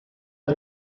you